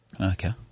Okay